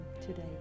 today